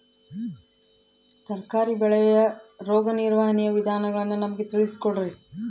ತರಕಾರಿ ಬೆಳೆಯ ರೋಗ ನಿರ್ವಹಣೆಯ ವಿಧಾನಗಳನ್ನು ನಮಗೆ ತಿಳಿಸಿ ಕೊಡ್ರಿ?